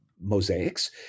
mosaics